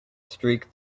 streak